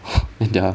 in their